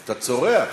אתה צורח.